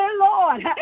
Lord